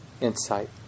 insight